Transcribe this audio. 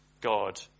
God